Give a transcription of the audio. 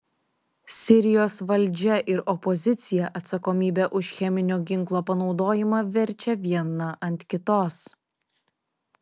sirijos valdžia ir opozicija atsakomybę už cheminio ginklo panaudojimą verčia viena ant kitos